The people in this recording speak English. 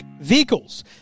vehicles